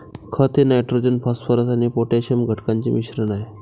खत हे nitrogen phosphorus आणि पोटॅशियम घटकांचे मिश्रण आहे